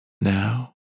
Now